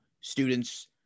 students